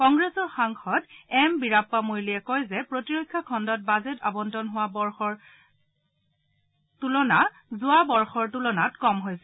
কংগ্ৰেছৰ সাংসদ এম ভিৰাপ্পা মৈলীয়ে কয় যে প্ৰতিৰক্ষা খণ্ডত বাজেট আৱণ্টন যোৱা বৰ্ষৰ বাজেটৰ তূলনাত কম হৈছে